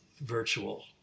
virtual